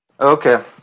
Okay